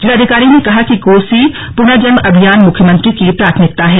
जिलाधिकारी ने कहा कि कोसी पुनर्जनन अभियान मुख्यमंत्री की प्राथमिकता है